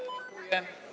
Dziękuję.